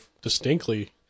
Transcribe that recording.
distinctly